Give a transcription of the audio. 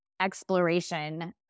exploration